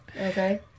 Okay